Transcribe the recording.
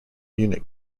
munich